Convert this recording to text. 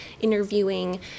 interviewing